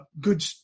good